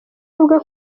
avuga